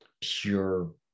pure